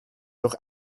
durch